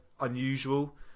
unusual